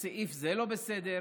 סעיף זה לא בסדר